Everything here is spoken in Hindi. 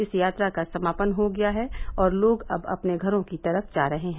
इस यात्रा का समापन हो गया है और लोग अब अपने घरों की तरफ जा रहे हैं